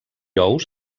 ous